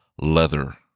leather